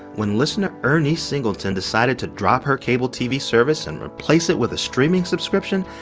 when listener ernise singleton decided to drop her cable tv service and replace it with a streaming subscription,